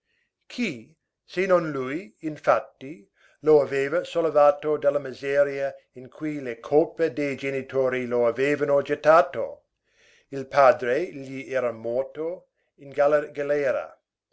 chi se non lui infatti lo aveva sollevato dalla miseria in cui le colpe dei genitori lo avevano gettato il padre gli era morto in galera